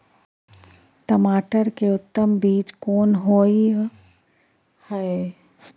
टमाटर के उत्तम बीज कोन होय है?